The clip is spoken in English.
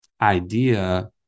idea